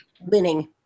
Winning